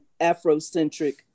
Afrocentric